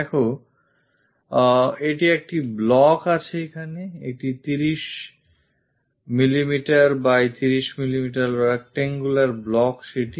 দেখো এখানে একটি block আছে একটি 30 mm by 30mm rectangular block সেটি